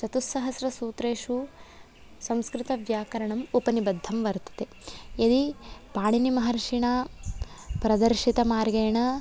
चतुःसहस्रसुत्रेषु संस्कृतव्याकरणम् उपनिबद्धं वर्तते यदि पाणिनिमहर्षिणा प्रदर्शितमार्गेण